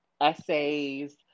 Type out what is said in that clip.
essays